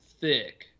thick